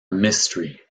mystery